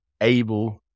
able